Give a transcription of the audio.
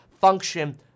function